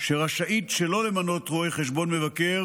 שרשאית שלא למנות רואה חשבון מבקר,